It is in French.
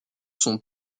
sont